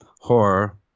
horror